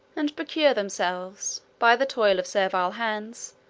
and procure themselves, by the toil of servile hands,